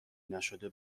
نشده